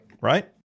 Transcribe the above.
right